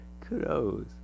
Kudos